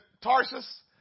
Tarsus